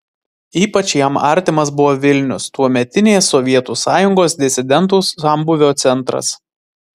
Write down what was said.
ypač jam artimas buvo vilnius tuometinės sovietų sąjungos disidentų sambūvio centras